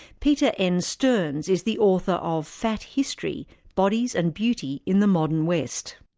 peter n. stearns is the author of fat history bodies and beauty in the modern west.